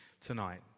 tonight